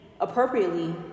appropriately